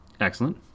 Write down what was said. excellent